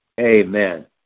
Amen